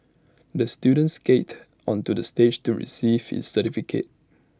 the student skated onto the stage to receive his certificate